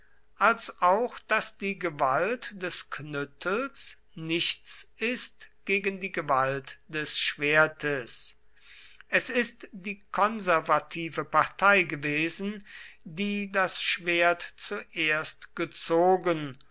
als auch daß die gewalt des knüttels nichts ist gegen die gewalt des schwertes es ist die konservative partei gewesen die das schwert zuerst gezogen